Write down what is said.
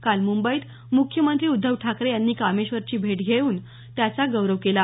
काल मुंबईत मुख्यमंत्री उद्धव ठाकरे यांनी कामेश्वरची भेट घेऊन त्याचा गौरव केला